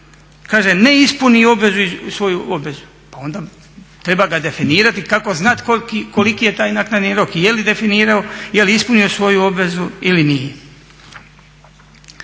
Kaže ne ispuni obvezu iz, svoju obvezu, pa onda treba ga definirati kako znati koliki je taj naknadni rok i je li definirao, je li ispunio svoju obvezu ili nije.